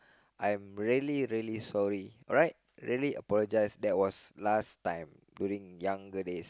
I'm really really sorry alright really apologize that was last time during younger days